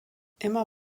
immer